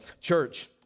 church